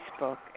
Facebook